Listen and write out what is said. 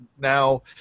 now –